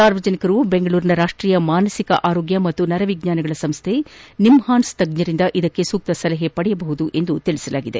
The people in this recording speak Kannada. ಸಾರ್ವಜನಿಕರು ಬೆಂಗಳೂರಿನ ರಾಷ್ಟೀಯ ಮಾನಸಿಕ ಆರೋಗ್ಯ ಮತ್ತು ನರ ವಿಜ್ಞಾನಗಳ ಸಂಸ್ಕೆ ನಿಮ್ಹಾನ್ಸ್ ತಜ್ಜರಿಂದ ಸೂಕ್ತ ಸಲಹೆ ಪಡೆಯಬಹುದಾಗಿದೆ